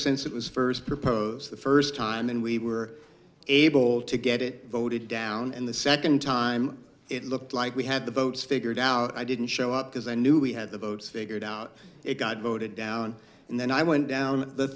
since it was first proposed the first time and we were able to get it voted down and the second time it looked like we had the votes figured out i didn't show up because i knew we had the votes figured out it got voted down and then i went down the